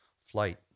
Flight